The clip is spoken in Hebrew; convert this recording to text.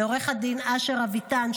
לעורך הדין אשר אביטן,